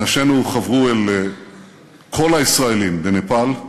אנשינו חברו אל כל הישראלים בנפאל,